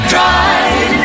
Drive